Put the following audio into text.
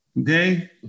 Okay